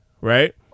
right